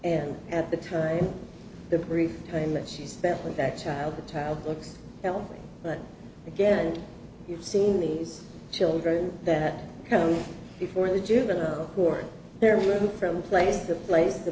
and at the time the brief time that she spent with that child the child looks healthy but again you've seen these children that come before the juvenile court there were from place to place the